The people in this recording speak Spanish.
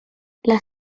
las